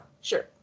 sure